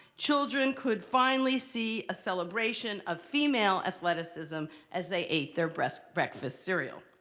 children could finally see a celebration of female athleticism as they ate their breakfast breakfast cereal.